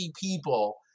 people